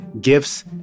gifts